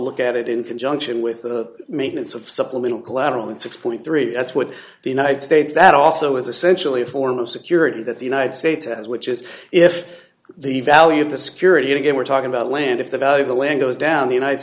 look at it in conjunction with the maintenance of supplemental collateral and six point three that's what the united states that also is essentially a form of security that the united states has which is if the value of the security again were talking about land if the value of the land goes down the united